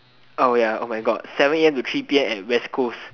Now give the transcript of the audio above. oh ya oh my god seven a_m to three p_m at west coast